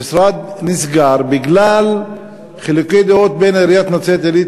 המשרד נסגר בגלל חילוקי דעות בין עיריית נצרת-עילית